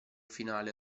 finale